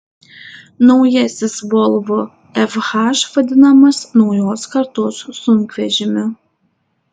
naujasis volvo fh vadinamas naujos kartos sunkvežimiu